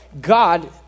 God